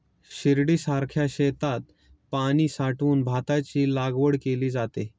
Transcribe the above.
शिर्डीसारख्या शेतात पाणी साठवून भाताची लागवड केली जाते